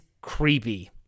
creepy